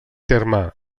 terme